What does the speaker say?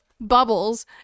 bubbles